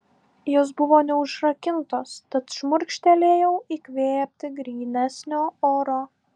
jos buvo neužrakintos tad šmurkštelėjau įkvėpti grynesnio oro